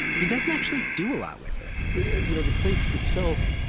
he doesn't actually do a lot with it you know the place itself,